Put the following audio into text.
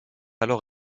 alors